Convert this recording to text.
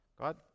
God